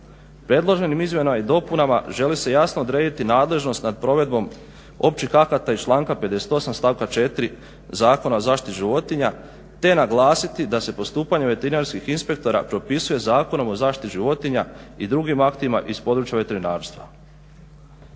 Predloženim izmjenama i dopunama želi se jasno odrediti nadležnost nad provedbom općih akata iz članka 58. Stavka 4. Zakona o zaštiti životinja te naglasiti da se postupanje veterinarskih inspektora propisuje Zakonom o zaštiti životinja i drugim aktima iz područja veterinarstva.